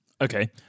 Okay